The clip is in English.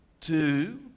two